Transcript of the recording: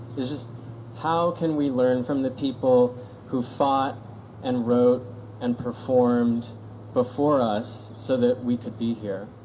is just how can we learn from the people who fought and wrote and performed before us so that we could be here,